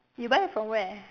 you buy from where